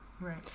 Right